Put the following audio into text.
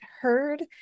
heard